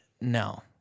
no